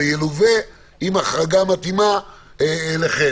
זה ילווה עם החרגה מתאימה אליכם,